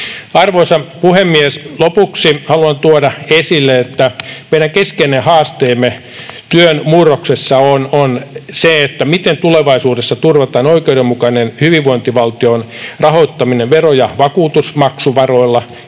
Arvoisa puhemies! Lopuksi haluan tuoda esille, että meidän keskeinen haasteemme työn murroksessa on se, miten tulevaisuudessa turvataan oikeudenmukainen hyvinvointivaltion rahoittaminen vero- ja vakuutusmaksuvaroilla,